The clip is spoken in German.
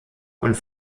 und